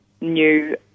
new